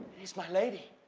is my lady,